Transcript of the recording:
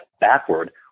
backward